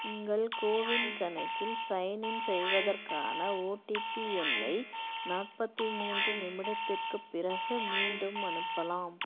உங்கள் கோவின் கணக்கில் சைன்இன் செய்வதற்கான ஓடிபி எண்ணை நாற்பத்தி மூன்று நிமிடத்துக்குப் பிறகு மீண்டும் அனுப்பலாம்